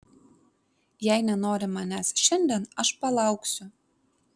jei nenori manęs šiandien aš palauksiu